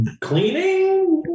cleaning